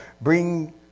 bring